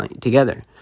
together